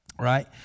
Right